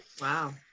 Wow